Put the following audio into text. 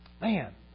Man